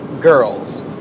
girls